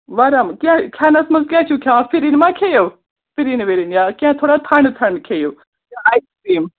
وَرَم کیٛاہ کھٮ۪نَس منٛز کیٛاہ چھُو کھٮ۪وان فِرِنۍ ما کھیٚیِو فِرِنۍ وِرِنۍ یا کیٚنٛہہ تھوڑا ٹھنٛڈٕ ٹھنڈٕ کھیٚیِو آیِس کرٛیٖم